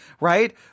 right